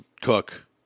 Cook